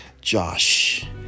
Josh